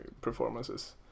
performances